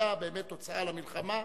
והיתה באמת תוצאה למלחמה,